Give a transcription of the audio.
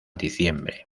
diciembre